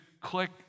click